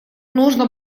нужно